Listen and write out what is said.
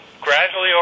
gradually